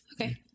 Okay